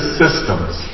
systems